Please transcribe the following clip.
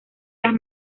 las